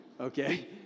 okay